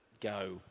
go